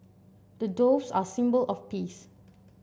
the doves are symbol of peace